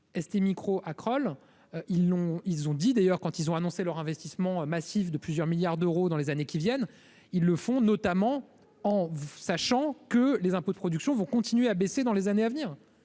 ils l'ont, ils ont dit d'ailleurs, quand ils ont annoncé leur investissement massif de plusieurs milliards d'euros dans les années qui viennent, ils le font, notamment en sachant que les impôts de production vont continuer à baisser dans les années à venir,